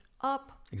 up